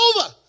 over